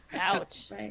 Ouch